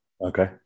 Okay